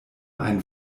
ein